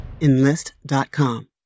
Enlist.com